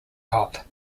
hot